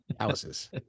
Houses